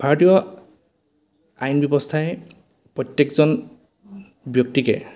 ভাৰতীয় আইন ব্যৱস্থাই প্ৰত্যেকজন ব্যক্তিকে